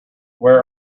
where